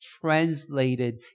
translated